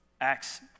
Acts